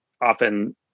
often